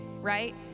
right